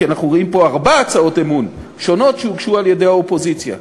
כי אנחנו רואים פה ארבע הצעות אי-אמון שונות שהוגשו על-ידי האופוזיציה.